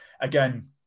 again